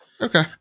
Okay